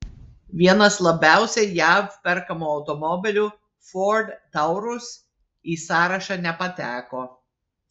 vienas labiausiai jav perkamų automobilių ford taurus į sąrašą nepateko